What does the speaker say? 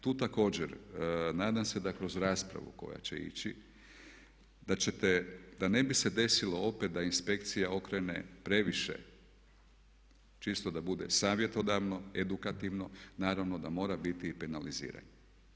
Tu također nadam se da kroz raspravu koja će ići da ćete da ne bi se desilo opet da inspekcija okrene previše čisto da bude savjetodavno, edukativno, naravno da mora biti i penaliziranje.